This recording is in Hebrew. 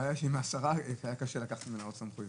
הבעיה שלי הייתה עם השרה היה קשה לקחת ממנה עוד סמכויות.